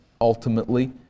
ultimately